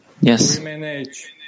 Yes